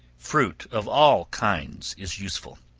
fruit of all kinds is useful.